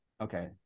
Okay